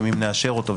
באם נאשר אותו,